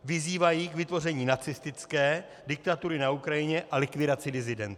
Vyzývají k vytvoření nacistické diktatury na Ukrajině a likvidaci disidentů.